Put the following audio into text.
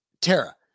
Tara